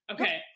Okay